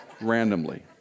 Randomly